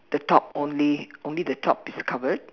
the top only only the top is covered